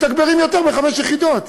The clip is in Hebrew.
מתגברים יותר מחמש יחידות.